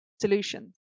solutions